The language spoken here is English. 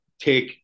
take